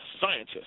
scientists